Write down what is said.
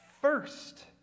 first